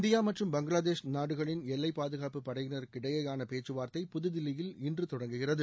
India மற்றும் பங்களாதேஷ் நாடுகளின் எல்லை பாதுகாப்பு படையினருக்கிடையேயான பேச்சுவார்த்தை புதுதில்லியில் இன்று தொடங்குகிறது